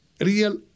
real